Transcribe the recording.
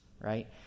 Right